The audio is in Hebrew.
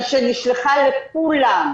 שנשלחה לכולם,